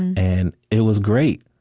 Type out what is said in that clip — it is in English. and it was great.